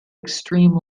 extreme